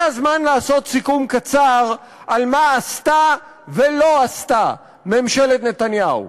זה הזמן לעשות סיכום קצר על מה עשתה ולא עשתה ממשלת נתניהו.